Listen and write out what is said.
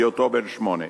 בהיותו בן שמונה.